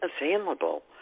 available